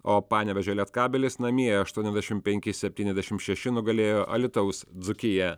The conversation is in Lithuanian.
o panevėžio lietkabelis namie aštuoniasdešimt penki septyniasdešimt šeši nugalėjo alytaus dzūkiją